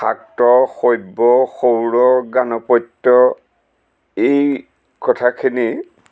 শাক্ত সব্য সৌৰ গানপত্য এই কথাখিনি